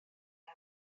iau